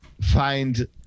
find